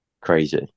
crazy